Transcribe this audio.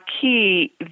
key